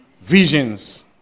visions